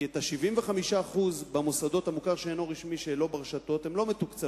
כי ה-75% במוסדות של המוכר שאינו רשמי שהם לא ברשתות הם לא מתוקצבים,